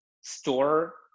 store